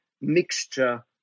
mixture